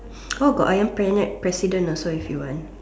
or got Ayam-penyet president also if you want